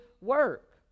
work